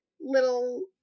little